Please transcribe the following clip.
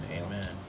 amen